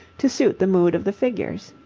to suit the mood of the figures.